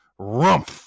Rumpf